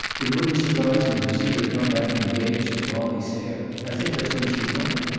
it wouldn't surprise me to see her come back engaged to wallie sayre. i think that's where she went.